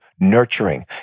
nurturing